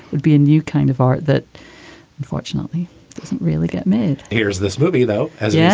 be a new kind of art that unfortunately doesn't really get made here's this movie, though, as yeah